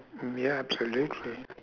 mm ya absolutely